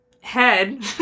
head